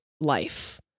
life